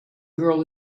girl